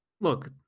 Look